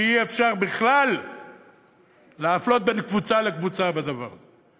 ואי-אפשר בכלל להפלות בין קבוצה לקבוצה בדבר הזה.